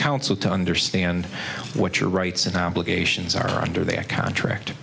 council to understand what your rights and obligations are under their contract